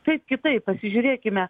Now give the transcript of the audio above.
kaip kitaip pasižiūrėkime